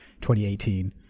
2018